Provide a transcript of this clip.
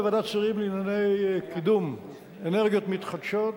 בוועדת שרים לענייני קידום אנרגיות מתחדשות,